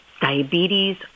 diabetes